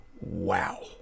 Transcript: wow